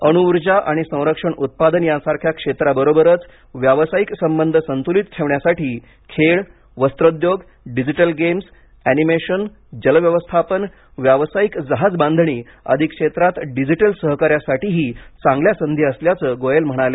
अणुऊर्जा आणि संरक्षण उत्पादन यासारख्या क्षेत्राबरोबरच व्यावसायिक संबंध संतुलित ठेवण्यासाठी खेळ वस्त्रोद्योग डिजिटल गेम अॅनिमेशन जल व्यवस्थापन व्यावसायिक जहाज बांधणी आदि क्षेत्रात डिजिटल सहकार्यासाठीही चांगल्या संधी असल्याचं गोयल म्हणाले